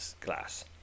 glass